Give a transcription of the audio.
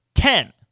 Ten